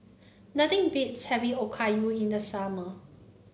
nothing beats having Okayu in the summer